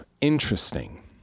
Interesting